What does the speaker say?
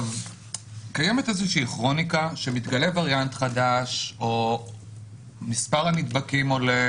קיימת איזושהי כרוניקה כאשר מתגלה וריאנט חדש או מספר הנדבקים עולה,